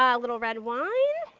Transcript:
yeah little red wine.